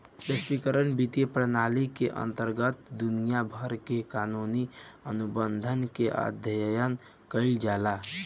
बैसविक बित्तीय प्रनाली के अंतरगत दुनिया भर के कानूनी अनुबंध के अध्ययन कईल जाला